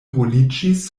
ruliĝis